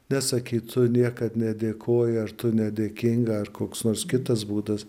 nesakyt tu niekad nedėkoji ar tu nedėkinga ar koks nors kitas būdas